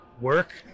Work